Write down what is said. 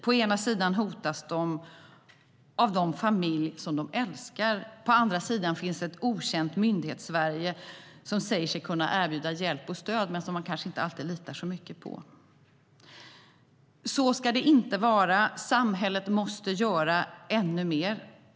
På den ena sidan hotas de av den familj som de älskar; på den andra sidan finns ett okänt Myndighetssverige som säger sig kunna erbjuda hjälp och stöd men som man kanske inte alltid litar så mycket på. Så ska det inte vara. Samhället måste göra ännu mer.